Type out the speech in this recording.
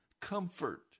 comfort